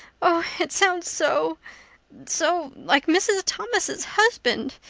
oh, it sounds so so like mrs. thomas's husband!